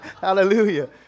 Hallelujah